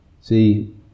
See